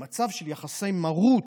במצב של יחסי מרות,